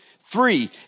Three